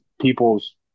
people's